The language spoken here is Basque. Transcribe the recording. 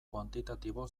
kuantitatibo